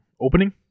opening